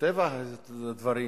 ומטבע הדברים,